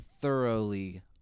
thoroughly